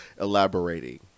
elaborating